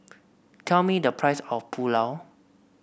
tell me the price of Pulao